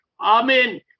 Amen